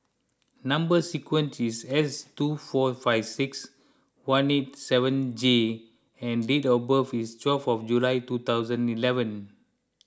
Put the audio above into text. Number Sequence is S two four five six one eight seven J and date of birth is twelve of July two thousand eleven